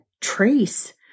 trace